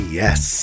yes